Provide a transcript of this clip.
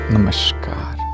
Namaskar